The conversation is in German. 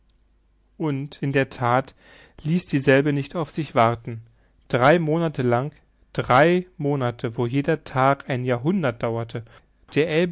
und in der that ließ dieselbe nicht auf sich warten drei monate lang drei monate wo jeder tag ein jahrhundert dauerte der